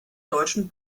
deutschen